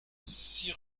six